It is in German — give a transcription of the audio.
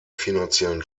finanziellen